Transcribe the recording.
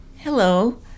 Hello